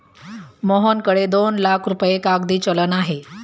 मोहनकडे दोन लाख रुपये कागदी चलन आहे